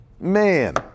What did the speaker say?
Man